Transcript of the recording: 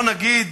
אבל בוא נגיד